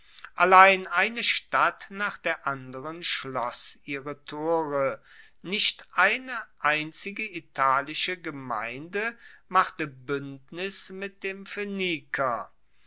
allein eine stadt nach der andern schloss ihre tore nicht eine einzige italische gemeinde machte buendnis mit dem